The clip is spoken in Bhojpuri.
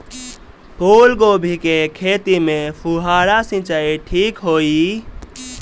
फूल गोभी के खेती में फुहारा सिंचाई ठीक होई?